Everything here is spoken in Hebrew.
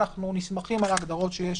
אנחנו נסמכים על ההגדרות שיש